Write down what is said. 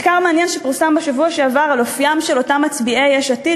מחקר מעניין שפורסם בשבוע שעבר על אופיים של אותם מצביעי יש עתיד,